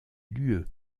lieu